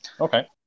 Okay